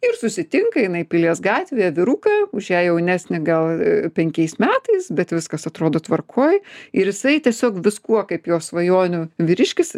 ir susitinka jinai pilies gatvėje vyruką už ją jaunesnį gal penkiais metais bet viskas atrodo tvarkoj ir jisai tiesiog viskuo kaip jos svajonių vyriškis